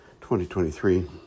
2023